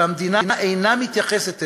שהמדינה אינה מתייחסת אליו,